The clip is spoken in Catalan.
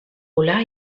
volar